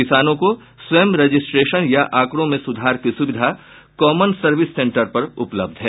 किसानों को स्वयं रजिस्ट्रेशन या आंकड़ों में सुधार की सुविधा कॉमन सर्विस सेंटर पर उपलब्ध है